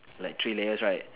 like three layers right